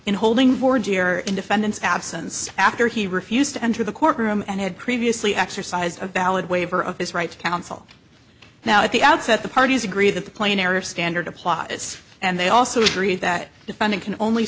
in holding for dear in defendant's absence after he refused to enter the courtroom and had previously exercised a valid waiver of his right to counsel now at the outset the parties agree that the plain error standard applies and they also agree that defendant can only